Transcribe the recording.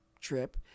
trip